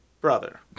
Brother